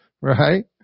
Right